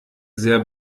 sehr